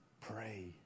pray